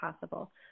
possible